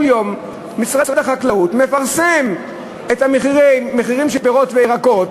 כל יום משרד החקלאות מפרסם את המחירים המומלצים של פירות וירקות,